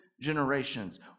generations